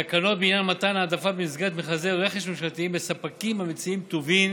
תקנות בעניין מתן העדפה במסגרת מכרזי רכש ממשלתיים לספקים המציעים טובין